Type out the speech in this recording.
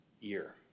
year